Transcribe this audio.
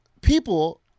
People